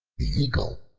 the eagle,